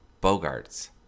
Bogarts